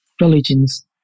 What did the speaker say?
religions